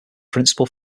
principal